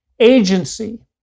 agency